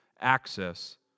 access